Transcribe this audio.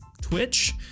Twitch